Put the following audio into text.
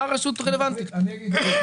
מה הרשות רלוונטית פה?